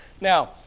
Now